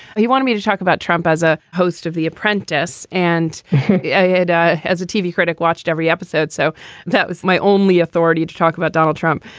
he wants me to talk about trump as a host of the apprentice. and i had ah as a tv critic watched every episode. so that was my only authority to talk about donald trump.